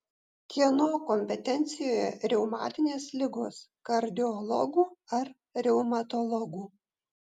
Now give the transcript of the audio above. kieno kompetencijoje reumatinės ligos kardiologų ar reumatologų